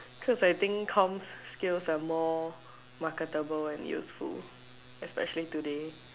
because I think comm skills are more marketable and useful especially today